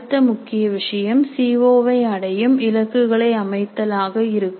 அடுத்த முக்கிய விஷயம் சி ஓ வை அடையும் இலக்குகளை அமைத்தல் ஆக இருக்கும்